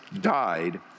died